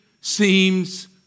seems